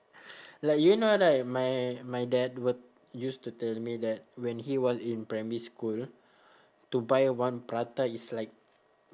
like you know right my my dad would used to tell me that when he was in primary school to buy one prata is like